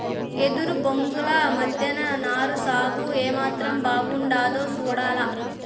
ఎదురు బొంగుల మద్దెన నారు సాగు ఏమాత్రం బాగుండాదో సూడాల